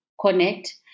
connect